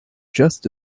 just